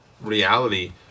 reality